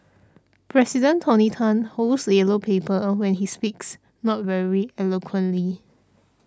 President Tony Tan holds a yellow paper when he speaks not very eloquently